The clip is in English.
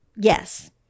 yes